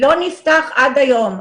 לא נפתח עד היום.